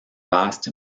vast